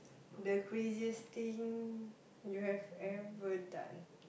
the craziest thing you have ever done